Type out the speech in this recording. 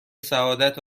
سعادت